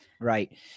Right